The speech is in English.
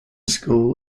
school